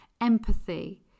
empathy